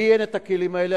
לי אין הכלים האלה,